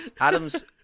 Adam's